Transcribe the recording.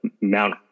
mount